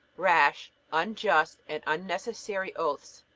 rash, unjust, and unnecessary oaths,